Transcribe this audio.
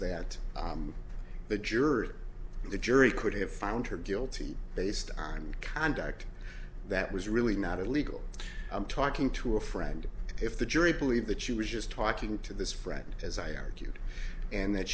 that the jurors the jury could have found her guilty based on conduct that was really not a legal i'm talking to a friend if the jury believe that you resist talking to this friend as i argued and that